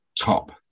top